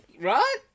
Right